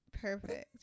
Perfect